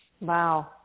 Wow